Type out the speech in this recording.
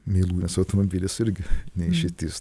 mylimas automobilis irgi neišeitis